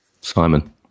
Simon